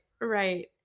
Right